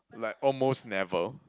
like almost never